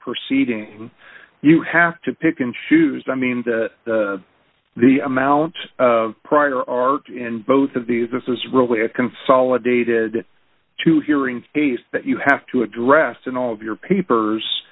proceeding you have to pick and choose i mean that the amount of prior art in both of these this is really a consolidated to hearing case that you have to address in all of your papers